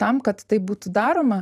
tam kad tai būtų daroma